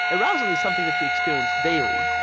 arousal is something that we experience daily,